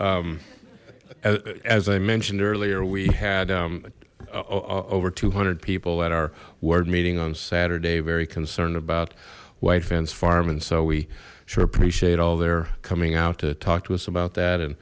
as i mentioned earlier we had over two hundred people at our word meeting on saturday very concerned about white fence farm and so we sure appreciate all their coming out to talk to us about that and